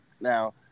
now